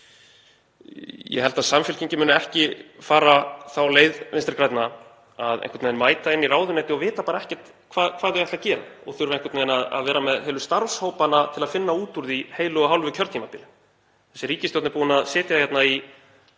Ég held að Samfylkingin muni ekki fara þá leið Vinstri grænna að mæta einhvern veginn inn í ráðuneyti og vita ekkert hvað þau ætla að gera og þurfa einhvern veginn að vera með heilu starfshópana til að finna út úr því heilu og hálfu kjörtímabilin Þessi ríkisstjórn er búin að sitja hérna í